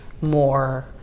more